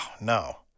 no